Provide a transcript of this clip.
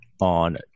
on